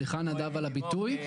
סליחה נדב על הביטוי,